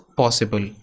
possible